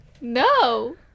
No